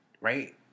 right